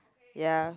ya